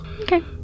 Okay